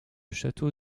château